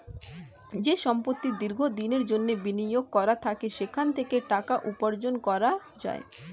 যে সম্পত্তি দীর্ঘ দিনের জন্যে বিনিয়োগ করা থাকে সেখান থেকে টাকা উপার্জন করা যায়